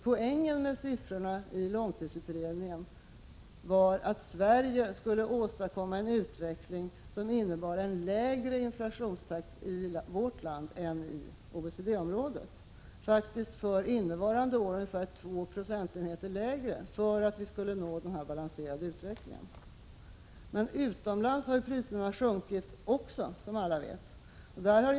Poängen med siffrorna i långtidsutredningen var att Sverige skulle åstadkomma en utveckling som innebär lägre inflationstakt i vårt land än i OECD, faktiskt för innevarande år 2 96 lägre för att få denna utveckling. Men utvecklingen utomlands har som alla vet blivit en helt annan.